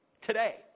Today